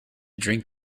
drink